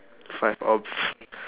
five of